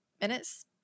minutes